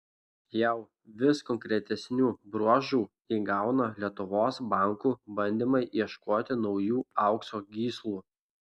jau vis konkretesnių bruožų įgauna lietuvos bankų bandymai ieškoti naujų aukso gyslų